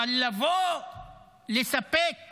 אבל לבוא ולספק